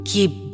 Keep